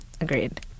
Agreed